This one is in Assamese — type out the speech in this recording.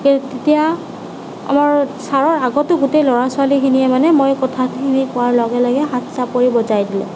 আৰু তেতিয়া আমাৰ ছাৰৰ আগতো গোটেই ল'ৰা ছোৱালীখিনিয়ে মানে মই কথাখিনি কোৱাৰ লগে লগে হাত চাপৰি বজাই দিলে